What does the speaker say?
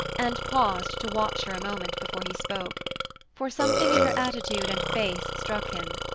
and paused to watch her a moment before he spoke for something in her attitude and face struck him.